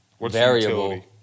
variable